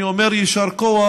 אני אומר: יישר כוח.